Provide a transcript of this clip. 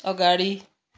अगाडि